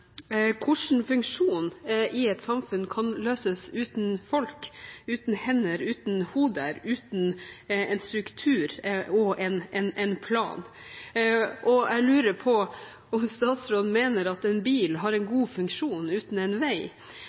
funksjon i et samfunn kan løses uten folk, uten hender, uten hoder, uten en struktur og en plan? Jeg lurer på om statsråden mener at en bil har en god funksjon uten en vei.